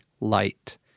light